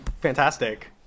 fantastic